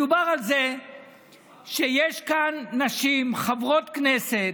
מדובר על זה שיש כאן נשים, חברות כנסת,